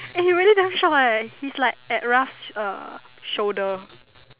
eh he really damn short eh he's like at Ralph's uh shoulder